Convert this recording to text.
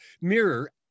mirror